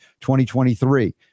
2023